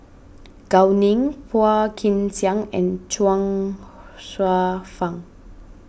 Gao Ning Phua Kin Siang and Chuang Hsueh Fang